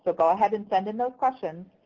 but go ahead and send in those questions,